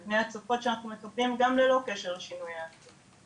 מפני ההצפות שאנחנו מוצפים בהן גם ללא קשר לשינוי האקלים.